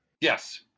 Yes